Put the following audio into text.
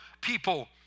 people